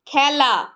খেলা